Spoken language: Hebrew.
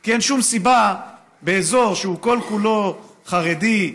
כי אין שום סיבה שבאזור שהוא כל-כולו חרדי,